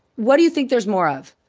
what do you think there's more of?